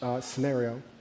scenario